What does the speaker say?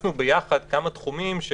קיבצנו ביחד כמה תחומים,